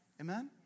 Amen